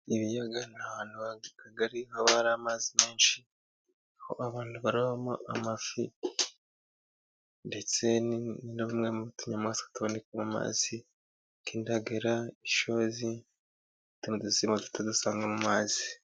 Ibiyaga ni ahantu hagari haba amazi menshi, aho abantu barobamo amafi ndetse tumwe mu tunyamaswa tuboneka mu mazi, nk' indagara, ishonzi n' utundi duzimba duto dusanga mu mazi.